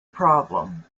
problem